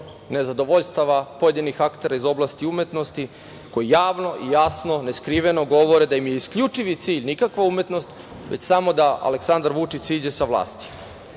nezadovoljstava pojedinih aktera iz oblasti umetnosti koji javno i jasno, neskriveno govore da im je isključivi cilj nikakva umetnost, već samo da Aleksandar Vučić siđe sa vlasti. Prvo